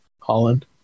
Holland